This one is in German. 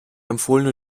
empfohlene